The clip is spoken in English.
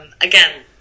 again